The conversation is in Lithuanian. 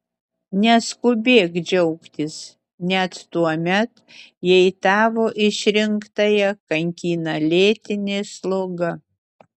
neskubėk džiaugtis net tuomet jei tavo išrinktąją kankina lėtinė sloga